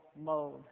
mode